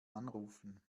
anrufen